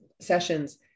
sessions